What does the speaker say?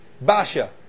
Basha